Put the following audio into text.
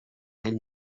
elle